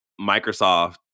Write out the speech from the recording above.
Microsoft